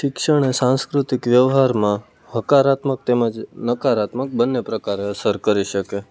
શિક્ષણ એ સાંસ્કૃતિક વ્યવહારમાં હકારાત્મક તેમજ નકારાત્મક બંને પ્રકારે અસર કરી શકે